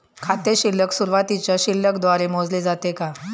खाते शिल्लक सुरुवातीच्या शिल्लक द्वारे मोजले जाते का?